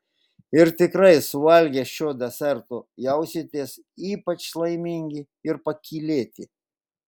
ir tikrai suvalgę šio deserto jausitės ypač laimingi ir pakylėti